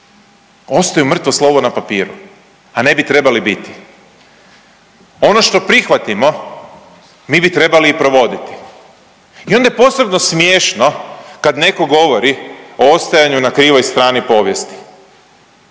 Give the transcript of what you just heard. Ostaju mrtvo slovo na papiru, a ne bi trebali biti. Ono što prihvatimo, mi bi trebali i provoditi. I onda je posebno smiješno kad netko govori o ostajanju na krivoj strani povijesti.